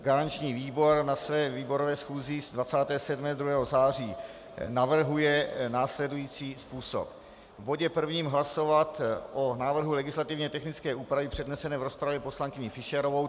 Garanční výbor na své výborové 27. schůzi 2. září navrhuje následující způsob: V bodě prvním hlasovat o návrhu legislativně technické úpravy přednesené v rozpravě poslankyní Fischerovou.